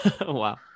Wow